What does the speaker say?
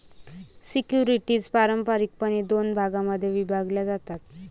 securities पारंपारिकपणे दोन भागांमध्ये विभागल्या जातात